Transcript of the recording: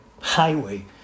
highway